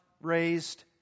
raised